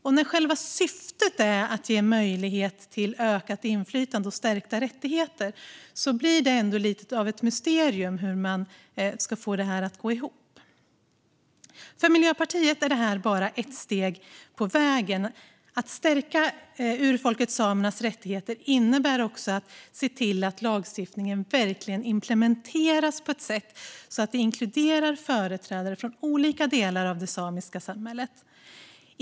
Och när själva syftet är att ge möjlighet till ökat inflytande och stärkta rättigheter blir det ändå lite av ett mysterium hur man ska få detta att gå ihop. För Miljöpartiet är detta bara ett steg på vägen. Att stärka urfolket samernas rättigheter innebär också att se till att lagstiftningen verkligen implementeras på ett sådant sätt att det inkluderar företrädare för olika delar av det samiska samhället.